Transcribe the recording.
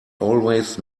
always